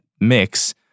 mix